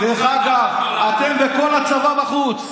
דרך אגב, אתם וכל הצבא בחוץ.